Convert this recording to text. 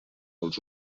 als